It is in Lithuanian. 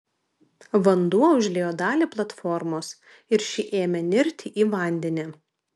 vanduo užliejo dalį platformos ir ši ėmė nirti į vandenį